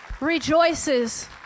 rejoices